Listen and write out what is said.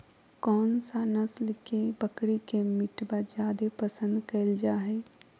कौन सा नस्ल के बकरी के मीटबा जादे पसंद कइल जा हइ?